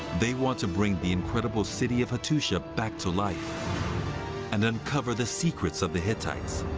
they want to bring the incredible city of hattusha back to life and uncover the secrets of the hittites.